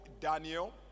Daniel